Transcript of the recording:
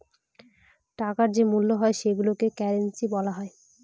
টাকার যে মূল্য হয় সেইগুলোকে কারেন্সি বলা হয়